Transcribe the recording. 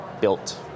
built